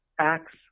acts